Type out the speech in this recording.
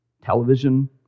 Television